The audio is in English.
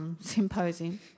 symposium